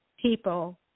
people